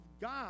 God